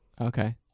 Okay